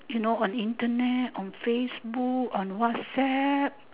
you know on Internet on facebook on WhatsApp